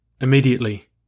Immediately